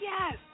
Yes